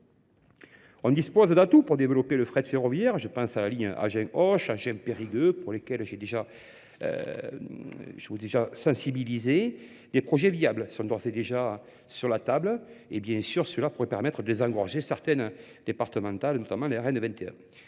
On dispose d'atouts pour développer le frais de ferroviaire. Je pense à la ligne Agence Hoche, Agence Périgueux, pour lesquels j'ai déjà sensibilisé. Les projets viables sont d'ores et déjà sur la table. Et bien sûr, cela pourrait permettre de les engorger certaines départementales, notamment les Rennes